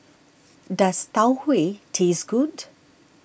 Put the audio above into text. does Tau Huay taste good